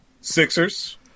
Sixers